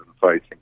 fighting